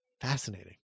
Fascinating